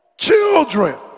Children